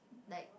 like